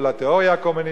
או לתיאוריה הקומוניסטית,